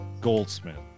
Goldsmith